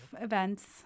events